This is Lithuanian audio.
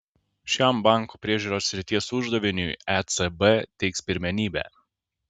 šiam bankų priežiūros srities uždaviniui ecb teiks pirmenybę